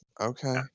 okay